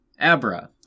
Abra